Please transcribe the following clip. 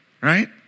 right